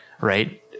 right